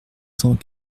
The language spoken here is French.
cent